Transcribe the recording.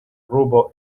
robot